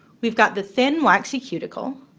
we've got the thin, waxy cuticle.